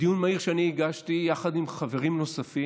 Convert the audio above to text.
בדיון מהיר בהצעה שאני הגשתי יחד עם חברים נוספים